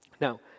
Now